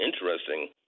interesting